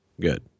Good